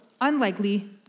unlikely